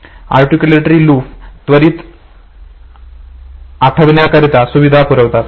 articulative loop त्वरित आठवण्याकरता सुविधा पुरवितात